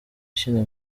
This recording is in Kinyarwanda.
ishinga